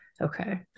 okay